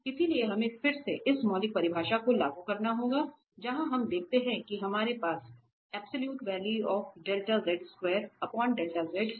इसलिए हमें फिर से इस मौलिक परिभाषा को लागू करना होगा जहां हम देखते हैं कि हमारे पास है